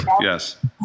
Yes